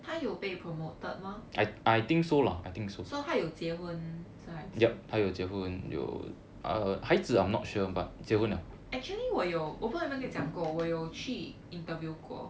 他有被 promoted mah so 他有结婚生孩子 actually 我有我不懂有没有跟你讲过我有去 interview 过